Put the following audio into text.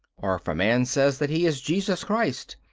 or if a man says that he is jesus christ,